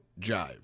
jive